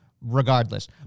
regardless